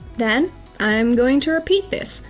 then i'm going to repeat this.